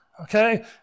Okay